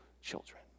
children